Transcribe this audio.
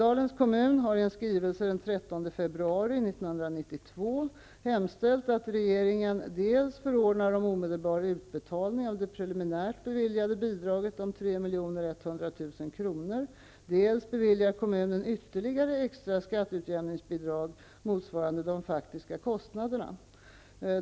februari 1992 hemställt att regeringen dels förordnar om omedelbar utbetalning av det preliminärt beviljade bidraget om 3 100 000 kr., dels beviljar kommunen ytterligare extra skatteutjämningsbidrag motsvarande de faktiska kostnaderna.